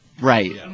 Right